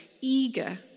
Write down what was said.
eager